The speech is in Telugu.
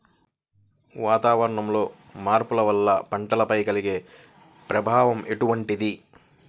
వాతావరణంలో మార్పుల వల్ల పంటలపై కలిగే ప్రభావం ఎటువంటిది?